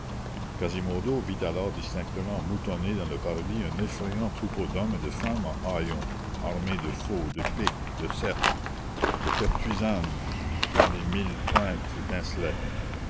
quasimodo vit alors distinctement moutonner dans le parvis un effrayant troupeau d'hommes et de femmes en haillons armés de faulx de piques de serpes de pertuisanes dont les mille pointes étincelaient